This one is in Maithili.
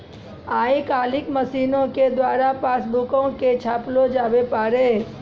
आइ काल्हि मशीनो के द्वारा पासबुको के छापलो जावै पारै